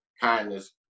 kindness